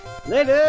Later